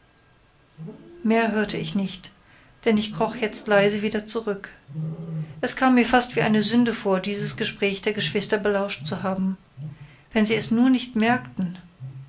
mehr hörte ich nicht denn ich kroch jetzt leise wieder zurück es kam mir fast wie eine sünde vor dieses gespräch der geschwister belauscht zu haben wenn sie es nur nicht merkten